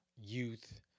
youth